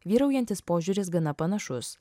vyraujantis požiūris gana panašus